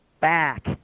back